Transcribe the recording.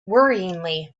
worryingly